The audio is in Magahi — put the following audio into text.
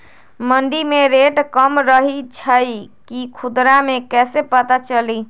मंडी मे रेट कम रही छई कि खुदरा मे कैसे पता चली?